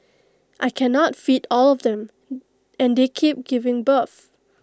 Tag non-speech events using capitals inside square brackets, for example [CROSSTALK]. I cannot feed all of them [NOISE] and they keep giving birth